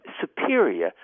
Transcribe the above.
superior